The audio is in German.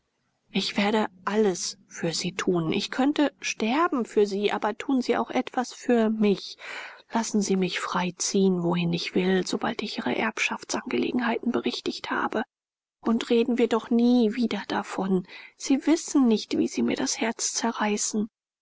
ich werde alles für sie tun ich könnte sterben für sie aber tun sie auch etwas für mich lassen sie mich frei ziehen wohin ich will sobald ich ihre erbschaftsangelegenheit berichtigt habe und reden wir doch nie wieder davon sie wissen nicht wie sie mir das herz zerreißen